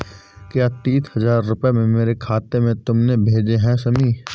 क्या तीस हजार रूपए मेरे खाते में तुमने भेजे है शमी?